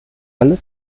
alle